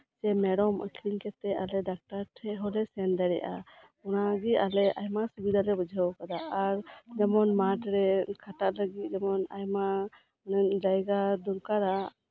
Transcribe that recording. ᱥᱮ ᱢᱮᱨᱚᱢ ᱟᱠᱷᱨᱤᱧ ᱠᱟᱛᱮᱜ ᱟᱞᱮ ᱰᱟᱠᱛᱟᱨ ᱴᱷᱮᱱ ᱦᱚᱞᱮ ᱥᱮᱱ ᱫᱟᱲᱮᱭᱟᱜᱼᱟ ᱚᱱᱟᱜᱮ ᱟᱞᱮ ᱟᱭᱢᱟ ᱥᱩᱵᱤᱫᱷᱟ ᱞᱮ ᱵᱩᱡᱷᱟᱹᱣ ᱟᱠᱟᱫᱟ ᱟᱨ ᱢᱟᱴᱷᱨᱮ ᱠᱷᱟᱴᱟᱜ ᱞᱟᱹᱜᱤᱫ ᱡᱮᱢᱚᱱ ᱟᱭᱢᱟ ᱡᱟᱭᱜᱟ ᱫᱚᱨᱠᱟᱨᱟ